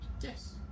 Yes